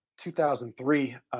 2003